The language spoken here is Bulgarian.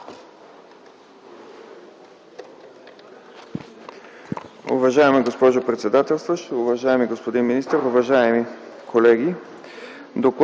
Уважаема госпожо председателстващ, уважаеми господин министър, уважаеми колеги!